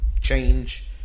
change